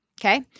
Okay